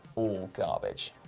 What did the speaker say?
all garbage.